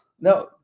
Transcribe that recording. No